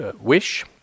wish